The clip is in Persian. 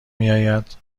میاید